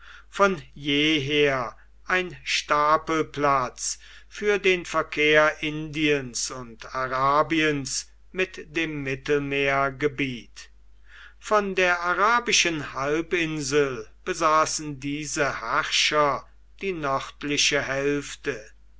von jeher ein stapelplatz für den verkehr indiens und arabiens mit dem mittelmeergebiet von der arabischen halbinsel besaßen diese herrscher die nördliche hälfte